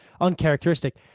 uncharacteristic